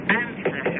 answer